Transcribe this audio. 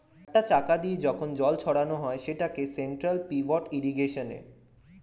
একটা চাকা দিয়ে যখন জল ছড়ানো হয় সেটাকে সেন্ট্রাল পিভট ইর্রিগেশনে